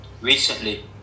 recently